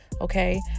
okay